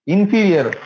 Inferior